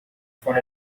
for